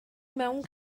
mewn